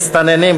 מסתננים,